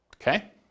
Okay